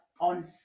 on